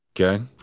Okay